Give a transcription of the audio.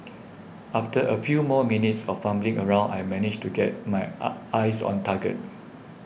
after a few more minutes of fumbling around I managed to get my eye eyes on target